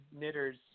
knitters